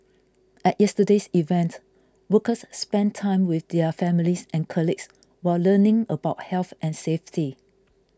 at yesterday's event workers spent time with their families and colleagues while learning about health and safety